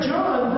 John